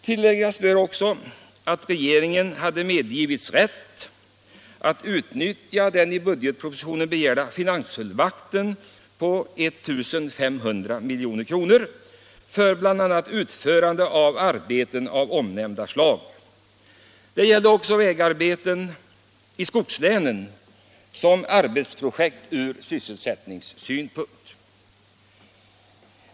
Tilläggas bör också att regeringen hade medgivits rätt att utnyttja den i budgetpropositionen begärda finansfullmakten på 1 500 milj.kr. för bl.a. utförande av arbeten av nämnda slag. Det gällde också vägarbeten i skogslänen som projekt ur sysselsättningssynpunkt.